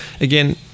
again